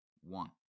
One